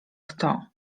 kto